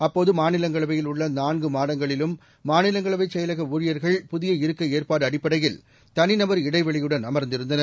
அப்போது மாநிலங்களவையில் உள்ள நான்கு மாடங்களிலும் மாநிலங்களவைச் செயலக ஊழியர்கள் புதிய இருக்கை ஏற்பாடு அடிப்படையில் தனிநபர் இடைவெளியுடன் அமர்ந்திருந்தனர்